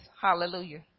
hallelujah